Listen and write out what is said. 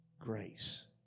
grace